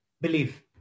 Believe